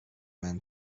man